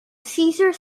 cesar